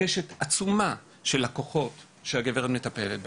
קשת עצומה של לקוחות שהגברת מטפלת בהן.